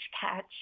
catch